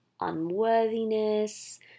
unworthiness